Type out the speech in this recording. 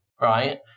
right